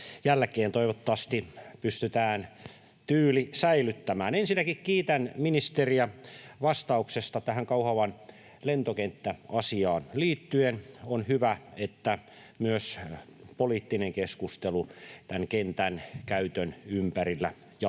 jälkeen. Toivottavasti pystytään tyyli säilyttämään. Ensinnäkin kiitän ministeriä vastauksesta tähän Kauhavan lentokenttäasiaan liittyen. On hyvä, että myös poliittinen keskustelu tämän kentän käytön ympärillä jatkuu ja